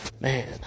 Man